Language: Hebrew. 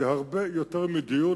זה הרבה יותר מדיון.